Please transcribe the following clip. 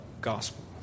gospel